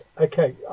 Okay